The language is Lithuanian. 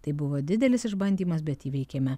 tai buvo didelis išbandymas bet įveikėme